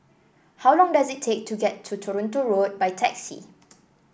how long does it take to get to Toronto Road by taxi